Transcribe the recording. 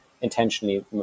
intentionally